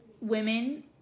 women